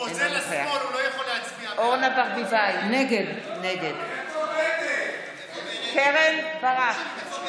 אינו נוכח אורנה ברביבאי, נגד קרן ברק,